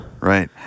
Right